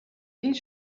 энэ